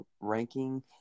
ranking